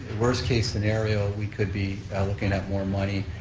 worst case scenario, we could be looking at more money.